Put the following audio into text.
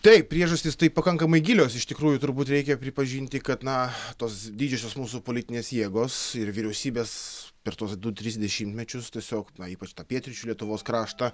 taip priežastys tai pakankamai gilios iš tikrųjų turbūt reikia pripažinti kad na tos didžiosios mūsų politinės jėgos ir vyriausybės per tuos du tris dešimtmečius tiesiog na ypač tą pietryčių lietuvos kraštą